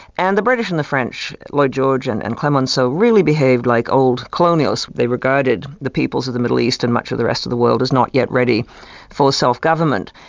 and the british and the french, lloyd george and and clemenceau, really behaved like old colonials. they regarded the peoples of the middle east and much of the rest of the world as not yet ready for self-government,